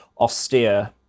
austere